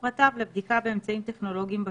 אפשר להוסיף את פרטי המידע לפי סעיף 4(א)